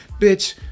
bitch